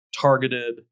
targeted